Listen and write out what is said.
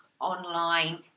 online